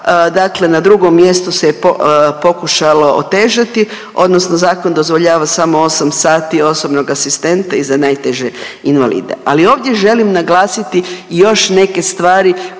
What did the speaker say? Dakle na drugom mjestu se je pokušalo otežati odnosno zakon dozvoljava samo 8 sati osobnog asistenta i za najteže invalide. Ali ovdje želim naglasiti još neke stvari